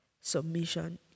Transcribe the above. submission